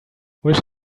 wish